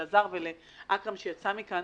לאלעזר שטרן ולאכרם חסון,